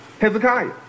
hezekiah